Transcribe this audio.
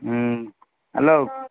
ହୁଁ ହ୍ୟାଲୋ